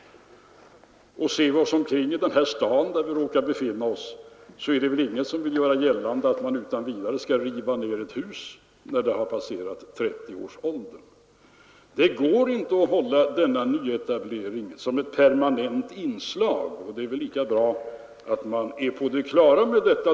Och det är väl ingen som vill göra gällande att man utan vidare skall riva ned ett hus, t.ex. i den stad där vi nu råkar befinna oss, bara för att det har passerat 30-årsstrecket. Det går inte att hålla denna nyetablering som ett permanent inslag. Det är väl lika bra att man är på det klara med detta.